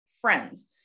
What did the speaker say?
friends